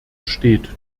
steht